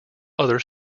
other